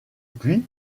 puis